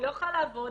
היא לא יכולה לעבוד,